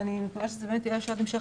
ואני מקווה שבאמת תהיה ישיבת המשך,